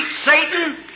Satan